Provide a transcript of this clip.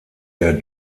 der